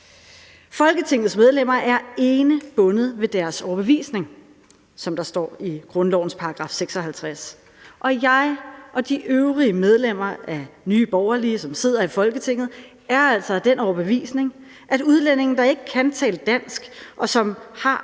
Folketingets medlemmer er ene bundet ved deres overbevisning, som der står i grundlovens § 56, og jeg og de øvrige medlemmer af Nye Borgerlige, som sidder i Folketinget, er altså af den overbevisning, at udlændinge, der ikke kan tale dansk, og som har